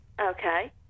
Okay